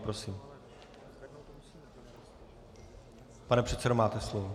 Prosím, pane předsedo, máte slovo.